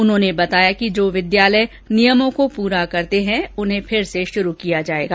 उन्होंने बताया कि जो विद्यालय नियमों को पूरा करते हैं उन्हें दुबारा शुरू किया जायेगा